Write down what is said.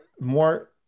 more